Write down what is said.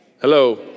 Hello